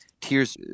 tears